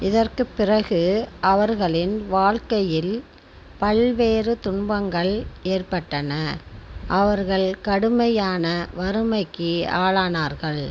இதற்குப் பிறகு அவர்களின் வாழ்க்கையில் பல்வேறு துன்பங்கள் ஏற்பட்டன அவர்கள் கடுமையான வறுமைக்கு ஆளானார்கள்